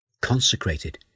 consecrated